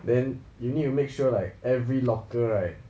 then you need to make sure like every locker right